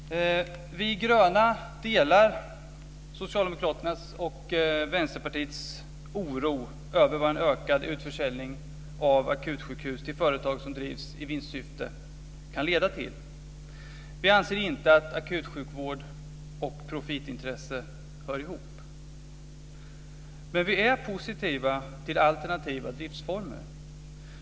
Fru talman! Vi gröna delar Socialdemokraternas och Vänsterpartiets oro för vad en ökad utförsäljning av akutsjukhus till företag som drivs i vinstsyfte kan leda till. Vi anser inte att akutsjukvård och profitintresse hör ihop. Men vi är positiva till alternativa driftsformer.